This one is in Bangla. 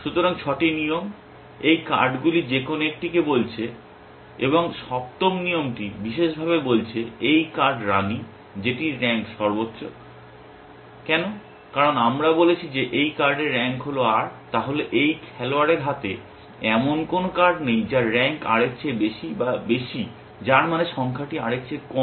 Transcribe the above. সুতরাং 6টি নিয়ম এই কার্ডগুলির যে কোনও একটিকে বলছে এবং সপ্তম নিয়মটি বিশেষভাবে বলছে এই কার্ড রানী যেটির র্যাঙ্ক সর্বোচ্চ কেন কারণ আমরা বলেছি যে এই কার্ডের র্যাঙ্ক হল r তাহলে এই খেলোয়াড়ের হাতে এমন কোনও কার্ড নেই যার র্যাঙ্ক r এর চেয়ে বেশি বা বেশি যার মানে সংখ্যাটি r এর চেয়ে কম